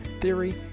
theory